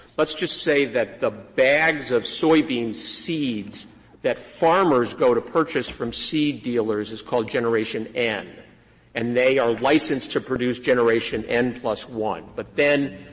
let's just say that the bags of soybean seeds that farmers go to purchase from seed dealers is called generation n and they are licensed to produce generation n plus one. but then,